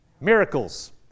Miracles